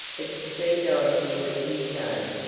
but to see dorothy weeping so,